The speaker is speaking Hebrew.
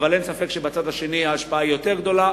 אבל אין ספק שבצד השני ההשפעה היא יותר גדולה.